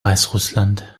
weißrussland